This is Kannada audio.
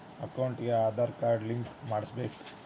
ಅಕೌಂಟಿಗೆ ಆಧಾರ್ ಕಾರ್ಡ್ ಲಿಂಕ್ ಮಾಡಿಸಬೇಕು?